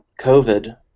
COVID